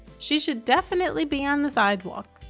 she should definitely be on the sidewalk.